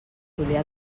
julià